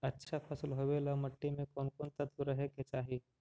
अच्छा फसल होबे ल मट्टी में कोन कोन तत्त्व रहे के चाही?